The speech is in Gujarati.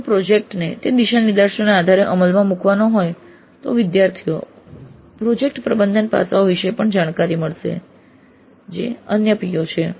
જો પ્રોજેક્ટ ને તે દિશાનિર્દેશોના આધારે અમલમાં મૂકવાનો હોય તો વિદ્યાર્થીઓને પ્રોજેક્ટ પ્રબંધનના પાસાઓ વિષે પણ જાણકારી મળશે જે ફરીથી અન્ય PO છે